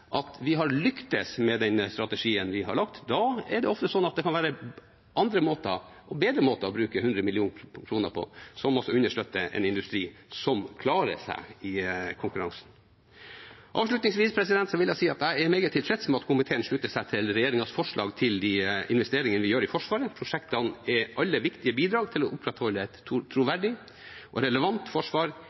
være andre og bedre måter å bruke 100 mill. kr på, som også understøtter en industri som klarer seg i konkurransen. Avslutningsvis vil jeg si at jeg er meget tilfreds med at komiteen slutter seg til regjeringens forslag til investeringene vi gjør i Forsvaret. Prosjektene er alle viktige bidrag til å opprettholde et troverdig og relevant forsvar